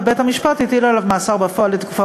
ובית-המשפט הטיל עליו מאסר בפועל לתקופה